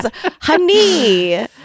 Honey